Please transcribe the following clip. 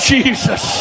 Jesus